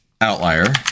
Outlier